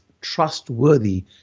trustworthy